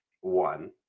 one